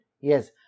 Yes